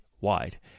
wide